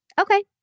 okay